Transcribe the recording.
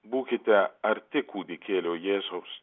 būkite arti kūdikėlio jėzaus